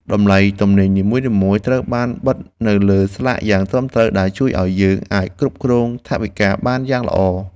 តម្លៃទំនិញនីមួយៗត្រូវបានបិទនៅលើស្លាកយ៉ាងត្រឹមត្រូវដែលជួយឱ្យយើងអាចគ្រប់គ្រងថវិកាបានយ៉ាងល្អ។